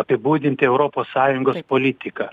apibūdinti europos sąjungos politiką